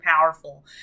powerful